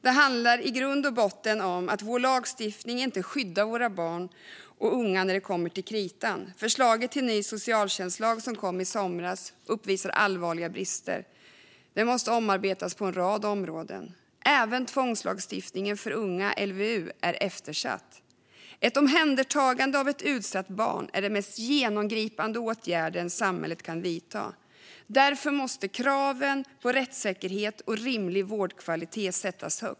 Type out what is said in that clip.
Det handlar i grund och botten om att vår lagstiftning inte skyddar våra barn och unga när det kommer till kritan. Det förslag till ny socialtjänstlag som kom i somras uppvisar allvarliga brister och måste omarbetas på en rad områden. Även tvångslagstiftningen för unga, LVU, är eftersatt. Ett omhändertagande av ett utsatt barn är den mest genomgripande åtgärden samhället kan vidta. Därför måste det ställas höga krav på rättssäkerhet och rimlig vårdkvalitet.